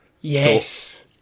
Yes